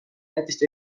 lätist